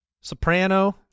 soprano